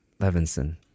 Levinson